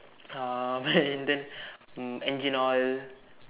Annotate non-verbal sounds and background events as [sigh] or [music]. uh and then [laughs] um engine oil